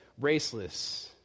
raceless